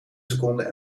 seconde